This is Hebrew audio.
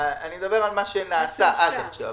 אני מדבר על מה שנעשה עד עכשיו.